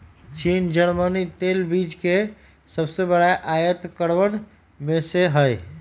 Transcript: चीन जर्मनी तेल बीज के सबसे बड़ा आयतकरवन में से हई